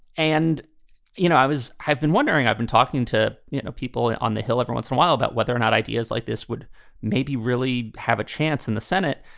and you know, i was i've been wondering i've been talking to you know people on the hill every once in a while about whether or not ideas like this would maybe really have a chance in the senate.